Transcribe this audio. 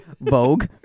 Vogue